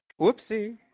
Whoopsie